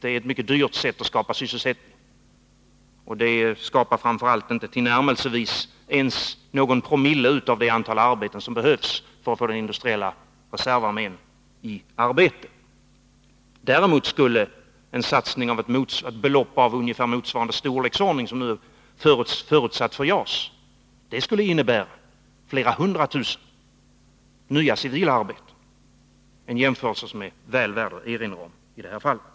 Det är ett mycket dyrt sätt att skapa sysselsättning, och det skapar framför allt inte ens någon promille av det antal arbeten som behövs för att få den industriella reservarmén i arbete. Däremot skulle ett belopp av ungefär samma storleksordning som nu är förutsatt för JAS innebära flera hundra tusen nya civila arbeten — en jämförelse som är väl värd att erinra om i det här fallet.